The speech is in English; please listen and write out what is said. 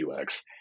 UX